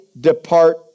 depart